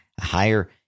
higher